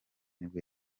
nibwo